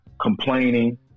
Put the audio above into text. complaining